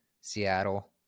Seattle